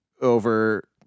over